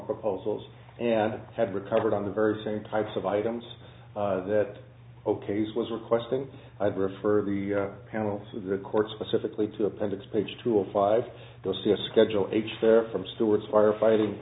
proposals and had recovered on the very same types of items that okays was requesting i'd refer the panels to the court specifically to appendix page two of five to see a schedule h there from stewards firefighting